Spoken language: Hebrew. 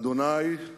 ה',